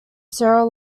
sarah